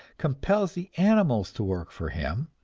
compels the animals to work for him,